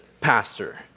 pastor